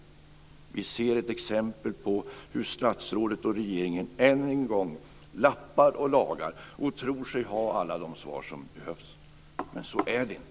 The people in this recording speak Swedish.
Vi ser ett exempel på hur statsrådet och regeringen än en gång lappar och lagar och tror sig ha alla de svar som behövs. Men så är det inte.